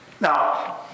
Now